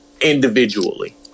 individually